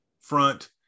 front